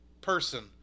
person